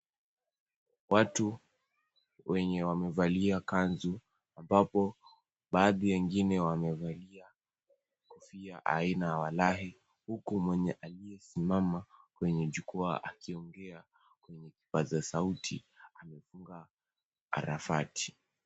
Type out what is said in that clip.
Watu wenye wamevalia kanzu, ambapo baadhi ya wengine wamevalia kofia aina ya walahi. Huku mwenye aliyesimama kwenye jukwaa akiongea kwenye kipaza sauti amefunga arafati.